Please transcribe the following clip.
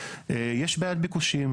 יש בעיית ביקושים.